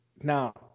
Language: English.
now